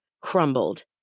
crumbled